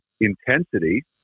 intensity